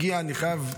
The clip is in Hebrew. אני חייב,